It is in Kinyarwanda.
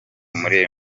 muri